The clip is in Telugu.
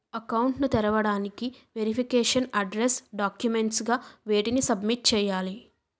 అకౌంట్ ను తెరవటానికి వెరిఫికేషన్ అడ్రెస్స్ డాక్యుమెంట్స్ గా వేటిని సబ్మిట్ చేయాలి?